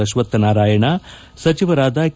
ಅಶ್ವತ್ಥನಾರಾಯಣ ಸಚಿವರಾದ ಕೆ